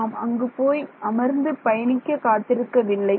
நாம் அங்கு போய் அமர்ந்து பயணிக்க காத்திருக்கவில்லை